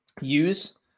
use